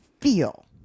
feel